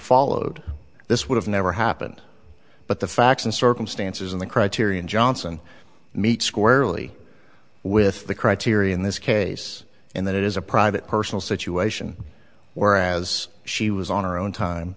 followed this would have never happened but the facts and circumstances in the criterion johnson meet squarely with the criteria in this case in that it is a private personal situation whereas she was on her own time